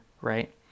right